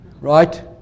right